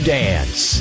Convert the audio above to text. dance